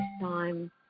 time